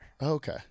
Okay